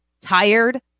tired